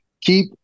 keep